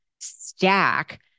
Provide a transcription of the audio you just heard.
stack